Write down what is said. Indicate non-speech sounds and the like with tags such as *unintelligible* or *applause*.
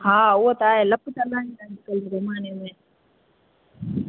हा हा हूअ त आहे *unintelligible*